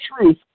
truth